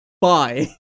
bye